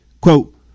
Quote